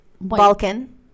balkan